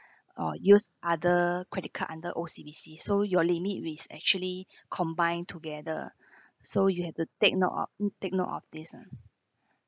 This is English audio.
or use other credit card under O_C_B_C so your limit which actually combined together so you have to take note of take note of this ah